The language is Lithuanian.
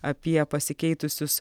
apie pasikeitusius